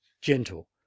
GENTLE